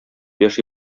яши